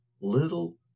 Little